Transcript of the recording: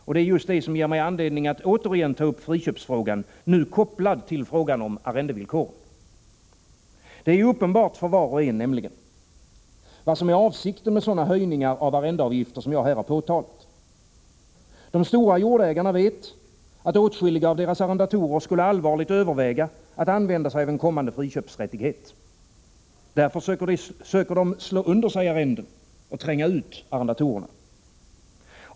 Och det är just det som ger mig anledning att återigen ta upp friköpsfrågan, nu kopplad till frågan om arrendevillkoren. Det är nämligen uppenbart för var och en vad som är avsikten med sådana höjningar av arrendeavgifter som jag här påtalat. De stora jordägarna vet att åtskilliga av deras arrendatorer skulle allvarligt överväga att använda sig av en kommande friköpsrättighet. Därför söker de slå under sig arrenden och tränga ut arrendatorerna.